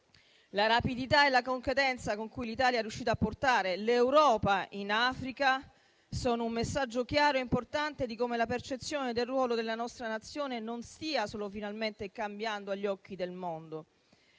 La rapidità e la competenza con cui l'Italia è riuscita a portare l'Europa in Africa sono un messaggio chiaro e importante di come la percezione del ruolo della nostra Nazione non stia solo finalmente cambiando agli occhi del mondo,